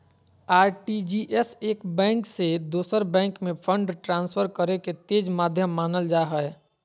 RTGS एक bank से दोसर बैंक में फंड ट्रांसफर करे के तेज माध्यम मानल जा हय